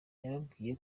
yababwiye